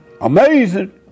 amazing